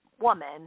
woman